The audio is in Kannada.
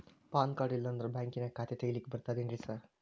ಪಾನ್ ಕಾರ್ಡ್ ಇಲ್ಲಂದ್ರ ಬ್ಯಾಂಕಿನ್ಯಾಗ ಖಾತೆ ತೆಗೆಲಿಕ್ಕಿ ಬರ್ತಾದೇನ್ರಿ ಸಾರ್?